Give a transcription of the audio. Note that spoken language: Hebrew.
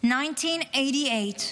1988,